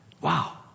Wow